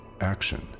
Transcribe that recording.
action